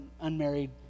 unmarried